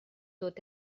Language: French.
doit